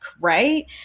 right